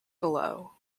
below